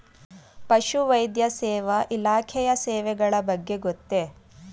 ಪಶುವೈದ್ಯ ಸೇವಾ ಇಲಾಖೆಯ ಸೇವೆಗಳ ಬಗ್ಗೆ ಗೊತ್ತೇ?